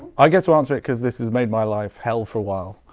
i get to answer it because this has made my life hell for a while,